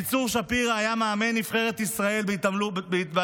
עמיצור שפירא היה מאמן נבחרת ישראל באתלטיקה.